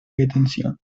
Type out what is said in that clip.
detención